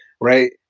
right